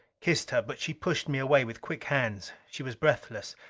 kissed her. but she pushed me away with quick hands. she was breathless.